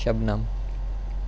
شبنم